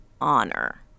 honor